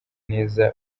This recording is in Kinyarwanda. neza